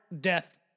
death